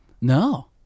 No